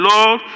Lord